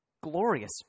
glorious